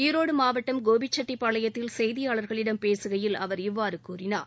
ஈரோடு மாவட்டம் கோபிச்செட்டிப்பாளையத்தில் செய்தியாளர்களிடம் பேசுகையில் அவர் இவ்வாறு கூறினார்